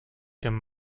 dem